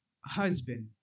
husband